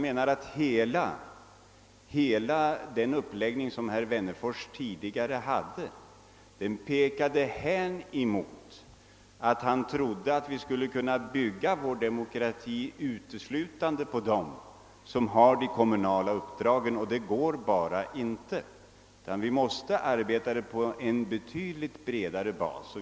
Men herr Wennerfors tidigare uppläggning tydde på att han trodde att vi skulle kunna bygga vår demokrati uteslutande på dem som har de kommunala uppdragen. Det går bara inte, utan vi måste arbeta på en betydligt bredare bas.